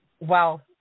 well-